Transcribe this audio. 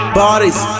bodies